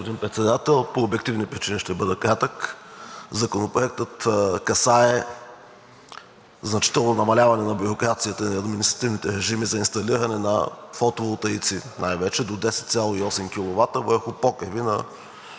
Ви, господин Председател. По обективни причини ще бъда кратък. Законопроектът касае значително намаляване на бюрокрацията и на административните режими за инсталиране на фотоволтаици най-вече до 10,8 киловата върху покриви на